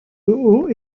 haut